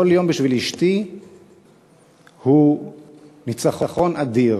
כל יום בשביל אשתי הוא ניצחון אדיר,